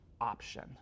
option